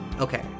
Okay